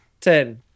Ten